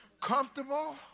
comfortable